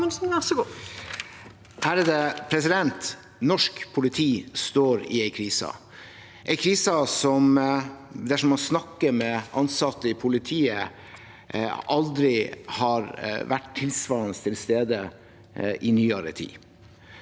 (FrP) Norsk politi står i en krise, en krise som – dersom man snakker med ansatte i politiet – aldri har vært tilsvarende til stede i nyere tid.